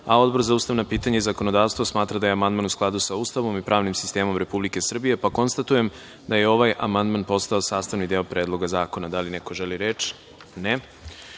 za ustavna pitanja i zakonodavstvo smatra da je amandman u skladu sa Ustavom i pravnim sistemom Republike Srbije. Konstatujem da je ovaj amandman postao sastavni deo Predloga zakona. Da li neko želi reč?